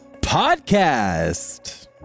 podcast